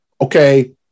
Okay